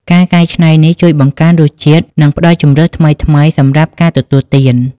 ការកែច្នៃនេះជួយបង្កើនរសជាតិ និងផ្តល់ជម្រើសថ្មីៗសម្រាប់ការទទួលទាន។